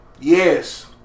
Yes